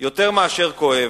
יותר מכואב,